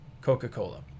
Coca-Cola